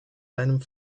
seinem